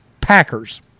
Packers